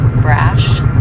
Brash